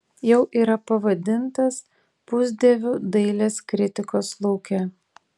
jau yra pavadintas pusdieviu dailės kritikos lauke